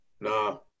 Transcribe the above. No